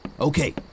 Okay